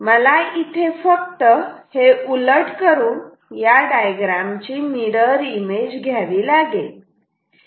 मला इथे फक्त हे उलट करून या डायग्राम ची मिरर इमेज घ्यावी लागेल